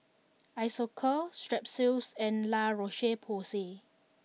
Isocal Strepsils and La Roche Porsay